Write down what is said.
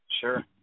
Sure